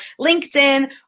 LinkedIn